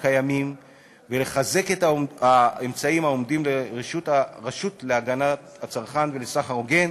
הקיימים ולחזק את האמצעים העומדים לרשות הרשות להגנת הצרכן ולסחר הוגן